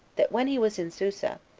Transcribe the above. that when he was in susa,